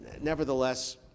Nevertheless